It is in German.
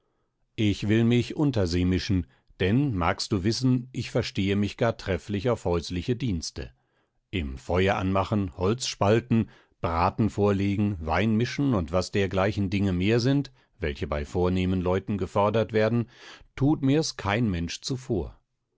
ich will mich unter sie mischen denn magst du wissen ich verstehe mich gar trefflich auf häusliche dienste im feueranmachen holzspalten bratenvorlegen weinmischen und was dergleichen dinge mehr sind welche bei vornehmen leuten gefordert werden thut mir's kein mensch zuvor